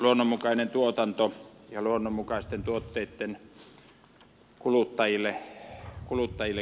luonnonmukaisesta tuotannosta ja luonnonmukaisten tuotteitten käytöstä